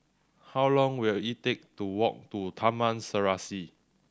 how long will it take to walk to Taman Serasi